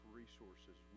resources